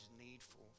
needful